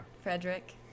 Frederick